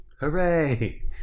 Hooray